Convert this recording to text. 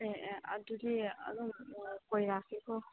ꯑꯦ ꯑꯦ ꯑꯗꯨꯗꯤ ꯑꯗꯨꯝ ꯀꯣꯏꯔꯛꯀꯦꯀꯣ